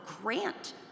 grant